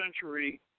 century